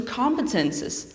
competences